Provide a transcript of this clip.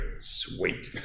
Sweet